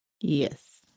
Yes